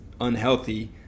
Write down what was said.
unhealthy